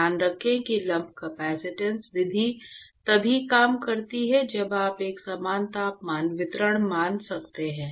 ध्यान रखें कि लम्प कपसिटंस विधि तभी काम करती है जब आप एक समान तापमान वितरण मान सकते हैं